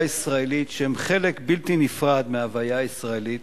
ישראלית שהם חלק בלתי נפרד מההוויה הישראלית.